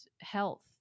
health